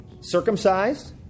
circumcised